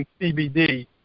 CBD